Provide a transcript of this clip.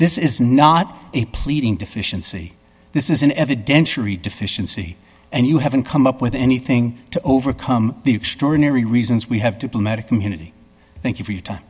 this is not a pleading deficiency this is an evidentiary deficiency and you haven't come up with anything to overcome the extraordinary reasons we have diplomatic immunity thank you for your time